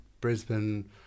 Brisbane